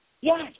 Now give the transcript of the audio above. Yes